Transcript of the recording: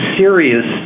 serious